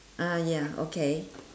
ah ya okay